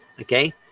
Okay